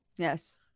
Yes